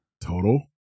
total